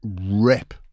rip